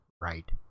right